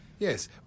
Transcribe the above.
Yes